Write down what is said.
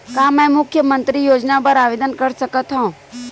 का मैं मुख्यमंतरी योजना बर आवेदन कर सकथव?